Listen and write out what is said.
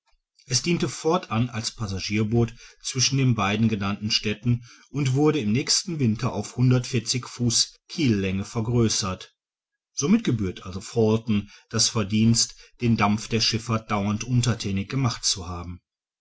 es diente fortan als passagierboot zwischen den beiden genannten städten und wurde im nächsten winter auf fuß kiellänge vergrößert somit gebührt also fulton das verdienst den dampf der schiffahrt dauernd unterthänig gemacht zu haben